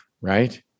right